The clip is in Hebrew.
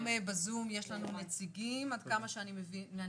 בזום יש לנו נציגים עד כמה שאני מבינה,